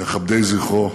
מכבדי זכרו